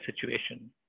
situation